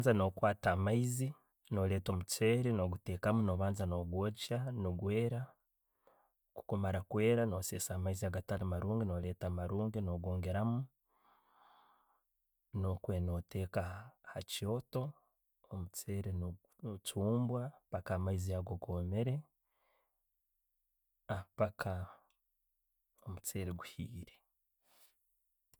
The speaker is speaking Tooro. Nzi no'kwata amaizi, no leeta omukyeere no'banza no'gwogya ne gweera. Okumara kweera, no sensa amaizi agatali marungi no'gongeramu niikwe no'teeka hakyooto. Omucheere ne'guchumbwa mpaka amaiizi ago gomere paka omuceere guhiire.